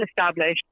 established